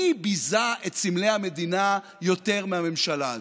מי ביזה את סמלי המדינה יותר מהממשלה הזאת?